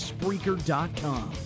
Spreaker.com